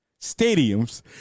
stadiums